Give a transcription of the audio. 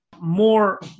more